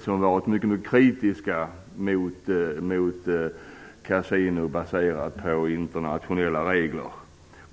som varit kritiska mot kasino enligt internationella regler.